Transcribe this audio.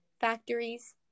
factories